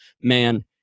man